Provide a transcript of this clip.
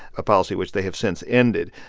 a policy which they have since ended.